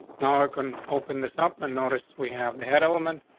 now i can open this up and notice we have the head element.